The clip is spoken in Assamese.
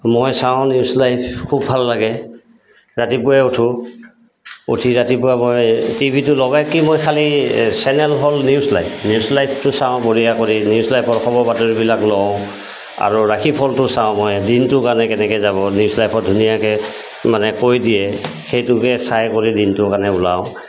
মই চাওঁ নিউজ লাইফ খুব ভাল লাগে ৰাতিপুৱাই উঠোঁ উঠি ৰাতিপুৱা মই টি ভিটো লগাই কি মই খালী চেনেল হ'ল নিউজ লাইফ নিউজ লাইফটো চাওঁ বঢ়িয়াকৈ নিউজ লাইফৰ খবৰ বাতৰিবিলাক লওঁ আৰু ৰাখী ফলটো চাওঁ মই দিনটোৰ কাৰণে কেনেকৈ যাব নিউজ লাইফত ধুনীয়াকৈ মানে কৈ দিয়ে সেইটোকে চাই কৰি দিনটোৰ কাৰণে ওলাওঁ